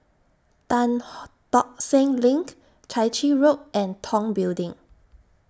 Tan Ho Tock Seng LINK Chai Chee Road and Tong Building